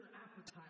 appetite